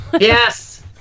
Yes